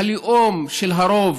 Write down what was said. הלאום של הרוב,